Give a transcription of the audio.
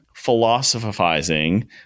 philosophizing